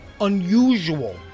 unusual